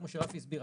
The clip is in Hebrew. כמו שרפי הסביר,